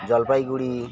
Jalpaiguri